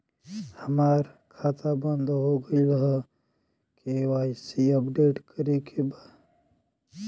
हमार खाता बंद हो गईल ह के.वाइ.सी अपडेट करे के बा?